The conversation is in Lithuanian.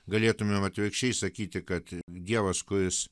galėtumėm atvirkščiai sakyti kad dievas kuris